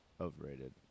Overrated